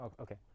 Okay